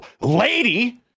lady